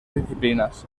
disciplinas